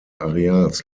areals